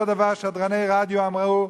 אותו הדבר, שדרני רדיו אמרו: